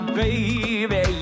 baby